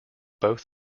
both